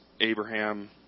Abraham